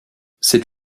c’est